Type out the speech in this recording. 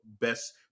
best